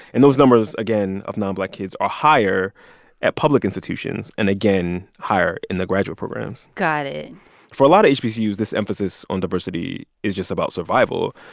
and those numbers, again, of nonblack kids are higher at public institutions and, again, higher in the graduate programs got it for a lot of hbcus, this emphasis on diversity is just about survival.